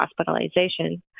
hospitalization